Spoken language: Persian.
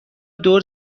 دور